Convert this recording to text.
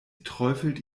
träufelt